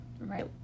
Right